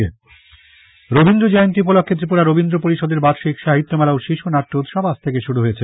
রবীন্দ্র পরিষদ রবীন্দ্র জয়ন্তী উপলক্ষ্যে ত্রিপুরা রবীন্দ্র পরিষদের বার্ষিক সাহিত্য মেলা ও শিশু নাট্য উৎসব আজ থেক শুরু হয়েছে